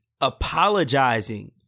apologizing